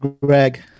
Greg